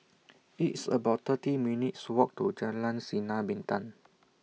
It's about thirty minutes' Walk to Jalan Sinar Bintang